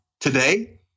today